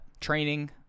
training